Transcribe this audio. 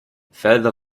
further